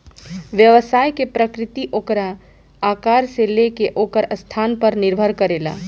व्यवसाय के प्रकृति ओकरा आकार से लेके ओकर स्थान पर निर्भर करेला